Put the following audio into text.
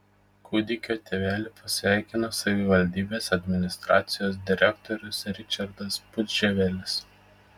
kūdikio tėvelį pasveikino savivaldybės administracijos direktorius ričardas pudževelis